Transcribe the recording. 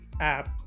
app